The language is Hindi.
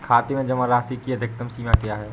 खाते में जमा राशि की अधिकतम सीमा क्या है?